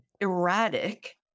erratic